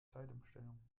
zeitumstellung